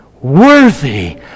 worthy